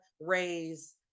raise